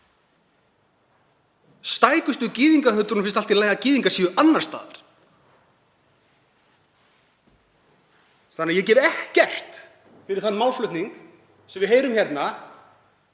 Stækustu gyðingahöturum finnst allt í lagi að gyðingar séu annars staðar. Þannig að ég gef ekkert fyrir þann málflutning sem við heyrum hérna